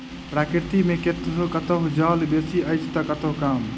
प्रकृति मे कतहु जल बेसी अछि त कतहु कम